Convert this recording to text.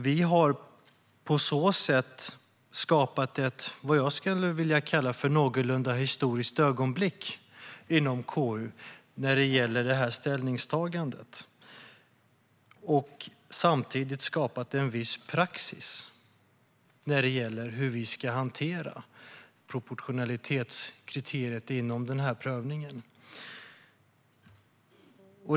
Vi har på så sätt skapat vad jag skulle vilja kalla för ett någorlunda historiskt ögonblick inom KU när det gäller det här ställningstagandet och samtidigt skapat en viss praxis när det gäller hur vi ska hantera proportionalitetskriteriet inom den här prövningen.